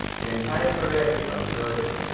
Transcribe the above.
the entire parade ground heard him.